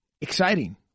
exciting